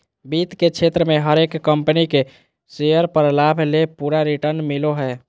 वित्त के क्षेत्र मे हरेक कम्पनी के शेयर पर लाभ ले पूरा रिटर्न मिलो हय